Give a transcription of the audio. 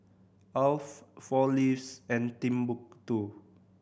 Alf Four Leaves and Timbuk Two